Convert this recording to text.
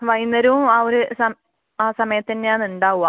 വൈകുന്നേരവും ആ ഒരു സമയം ആ സമയത്തന്നെയാണ് ഉണ്ടാവാ